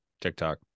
tiktok